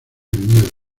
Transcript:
miedo